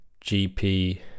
GP